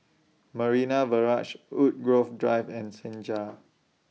Marina Barrage Woodgrove Drive and Senja